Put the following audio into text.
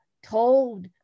told